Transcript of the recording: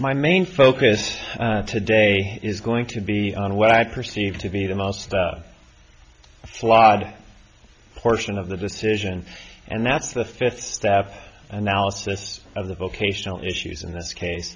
my main focus today is going to be on what i perceive to be the most flawed portion of the decision and that's the fifth step analysis of the vocational issues in this case